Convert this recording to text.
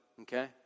okay